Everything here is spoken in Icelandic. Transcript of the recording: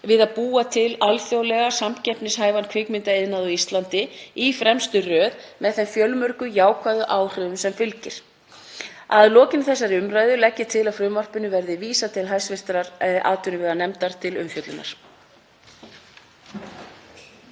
við að búa til alþjóðlega samkeppnishæfan kvikmyndaiðnað á Íslandi í fremstu röð með þeim fjölmörgu jákvæðu áhrifum sem fylgja. Að lokinni þessari umræðu legg ég til að frumvarpinu verði vísað til hv. atvinnuveganefndar til umfjöllunar.